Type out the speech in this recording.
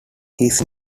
his